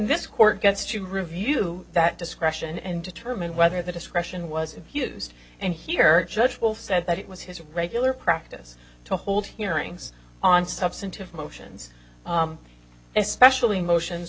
this court gets to review that discretion and determine whether the discretion was used and here judge wolf said that it was his regular practice to hold hearings on substantive motions especially motions